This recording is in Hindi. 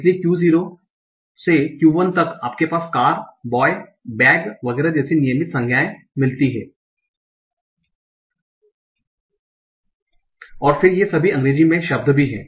इसलिए Q0 से Q1 तक आपके पास कार बॉय बेग वगैरह जैसी नियमित संज्ञाएं मिलती हैं और फिर ये सभी अंग्रेजी में शब्द भी हैं